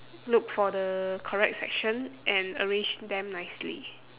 look for the correct section and arrange them nicely